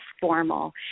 formal